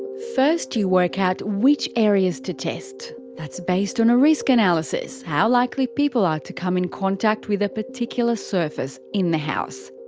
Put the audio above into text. first you work out which areas to test. that's based on a risk analysis how likely people are to come in contact with a particular surface in the house.